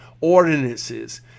ordinances